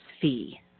fee